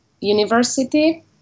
university